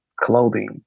clothing